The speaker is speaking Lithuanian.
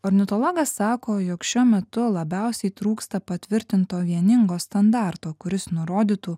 ornitologas sako jog šiuo metu labiausiai trūksta patvirtinto vieningo standarto kuris nurodytų